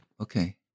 Okay